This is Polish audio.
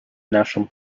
naszą